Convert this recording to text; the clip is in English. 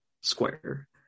square